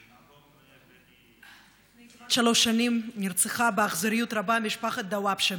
לפני כמעט שלוש שנים נרצחה באכזריות רבה משפחת דוואבשה.